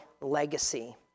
legacy